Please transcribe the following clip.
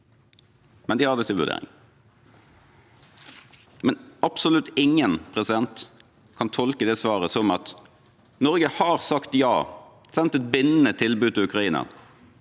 men de har det til vurdering. Absolutt ingen kan tolke det svaret som at Norge har sagt ja og har sendt et bindende tilbud til Ukraina,